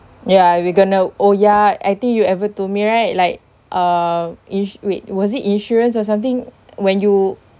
ya we going to oh ya I think you ever told me right like err ins~ wait was it insurance or something when you